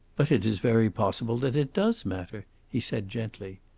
but it is very possible that it does matter, he said gently.